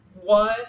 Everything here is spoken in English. one